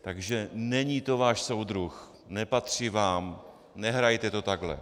Takže není to váš soudruh, nepatří vám, nehrajte to takhle.